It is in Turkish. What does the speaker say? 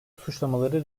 suçlamaları